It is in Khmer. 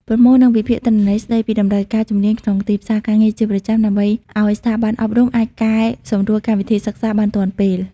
ប្រមូល និងវិភាគទិន្នន័យស្តីពីតម្រូវការជំនាញក្នុងទីផ្សារការងារជាប្រចាំ ដើម្បីឱ្យស្ថាប័នអប់រំអាចកែសម្រួលកម្មវិធីសិក្សាបានទាន់ពេល។